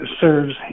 Serves